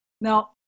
Now